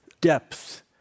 depth